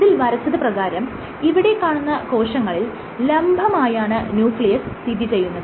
ഇതിൽ വരച്ചത് പ്രകാരം ഇവിടെ കാണുന്ന കോശങ്ങളിൽ ലംബമായാണ് ന്യൂക്ലിയസ് സ്ഥിതിചെയ്യുന്നത്